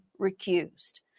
recused